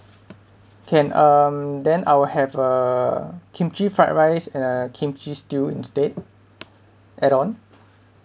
can um then I'll have err kimchi fried rice and a kimchi stew instead add on